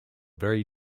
very